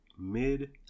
mid